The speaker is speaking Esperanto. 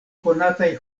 konataj